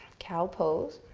cow pose.